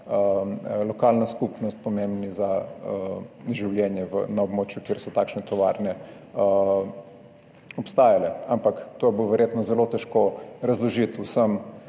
lokalno skupnost, pomembni za življenje na območju, kjer so obstajale takšne tovarne, ampak to bo verjetno zelo težko razložiti vsem